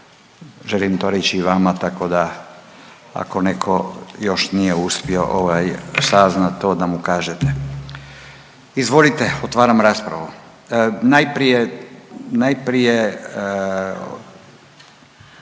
želim to reći i vama tako da ako neko još nije uspio ovaj saznat to da mu kažete. Izvolite, otvaram raspravu, najprije,